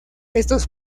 estos